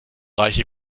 reiche